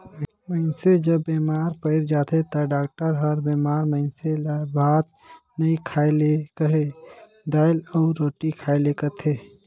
मइनसे जब बेमार पइर जाथे ता डॉक्टर हर बेमार मइनसे ल भात नी खाए ले कहेल, दाएल अउ रोटी खाए ले कहथे